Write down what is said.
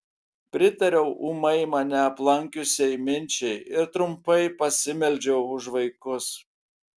pritariau ūmai mane aplankiusiai minčiai ir trumpai pasimeldžiau už vaikus